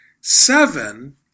seven